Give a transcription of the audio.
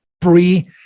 pre